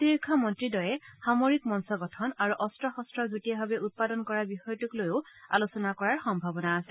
প্ৰতিৰক্ষা মন্ত্ৰীদ্বয়ে সামৰিক মঞ্চ গঠন আৰু অস্ত্ৰ শস্ত্ৰ যুটীয়াভাৱে উৎপাদন কৰাৰ বিষয়টোক লৈও আলোচনা কৰাৰ সম্ভাৱনা আছে